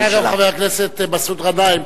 דרך אגב, חבר הכנסת מסעוד גנאים.